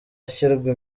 ashyirwa